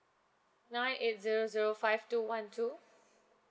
nine eight zero zero five two one two